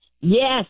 Yes